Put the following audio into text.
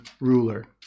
ruler